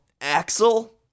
Axel